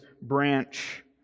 branch